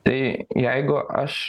tai jeigu aš